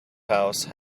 house